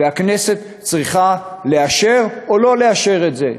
והכנסת צריכה לאשר או לא לאשר את זה.